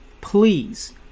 Please